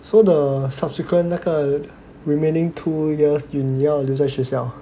so the subsequent 那个 remaining two years you 你要留在学校啊